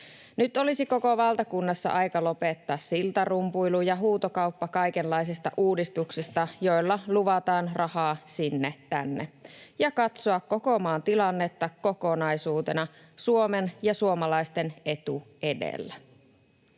Nyt olisi koko valtakunnassa aika lopettaa siltarumpuilu ja huutokauppa kaikenlaisista uudistuksista, joilla luvataan rahaa sinne tänne, ja katsoa koko maan tilannetta kokonaisuutena Suomen ja suomalaisten etu edellä.